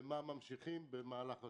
ומה ממשיכים במהלך השנה.